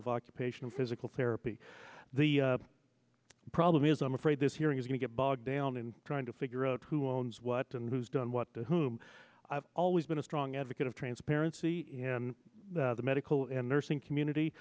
of occupational physical therapy the problem is i'm afraid this hearing is going to get bogged down in trying to figure out who owns what and who's done what to whom i've always been a strong advocate of transparency in the medical and nursing community